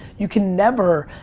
you can never,